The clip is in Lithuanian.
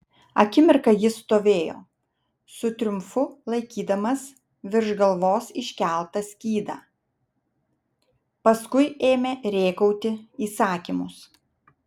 akimirką jis stovėjo su triumfu laikydamas virš galvos iškeltą skydą paskui ėmė rėkauti įsakymus